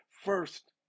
first